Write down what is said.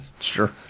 sure